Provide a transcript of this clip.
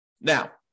Now